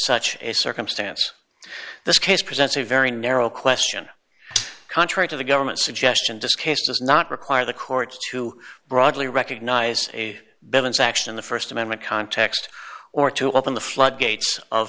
such a circumstance this case presents a very narrow question contrary to the government's suggestion to scase does not require the court to broadly recognize a balance action in the st amendment context or to open the floodgates